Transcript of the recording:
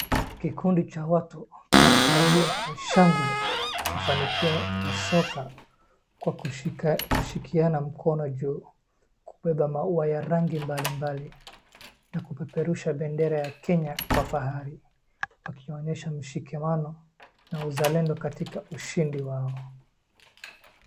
Kikundi cha watu kinafurahia kwa shangwe mafanikio ya soka kwa kushikiana mkono juu kubeba maua ya rangi mbalimbali na kupeperusha bendera ya Kenya kwa fahari. Wakionyesha mshikamano na uzalendo katika ushindi wao.